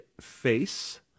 face